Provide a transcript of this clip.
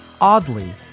Oddly